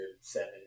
seven